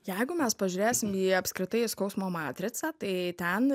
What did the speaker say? jeigu mes pažiūrėsim į apskritai skausmo matricą tai ten